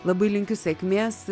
labai linkiu sėkmės